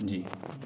जी